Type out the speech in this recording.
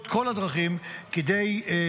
נעמה לזימי, בבקשה.